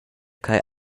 ch’ei